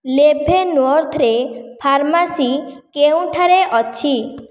ଲେଭେନ୍ୱର୍ଥରେ pharmacy କେଉଁଠାରେ ଅଛି